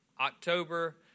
October